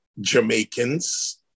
Jamaicans